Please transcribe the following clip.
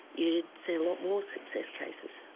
you'd see a lot more success cases.